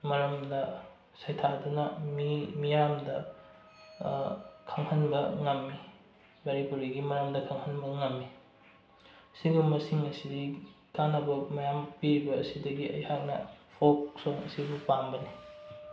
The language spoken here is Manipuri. ꯃꯔꯝꯗ ꯁꯩꯊꯥꯗꯨꯅ ꯃꯤꯌꯥꯝꯗ ꯈꯪꯍꯟꯕ ꯉꯝꯃꯤ ꯄꯥꯔꯤ ꯄꯨꯔꯤꯒꯤ ꯃꯔꯝꯗ ꯈꯪꯍꯟꯕ ꯉꯝꯃꯤ ꯑꯁꯤꯒꯨꯝꯕꯁꯤꯡ ꯑꯁꯤꯗꯤ ꯀꯥꯟꯅꯕ ꯃꯌꯥꯝ ꯄꯤꯕ ꯑꯁꯤꯗꯒꯤ ꯑꯩꯍꯥꯛꯅ ꯐꯣꯛ ꯁꯣꯡ ꯑꯁꯤꯕꯨ ꯄꯥꯝꯕꯅꯤ